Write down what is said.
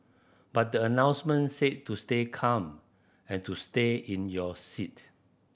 but the announcement said to stay calm and to stay in your seat